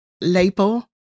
label